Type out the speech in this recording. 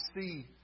see